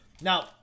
now